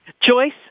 Joyce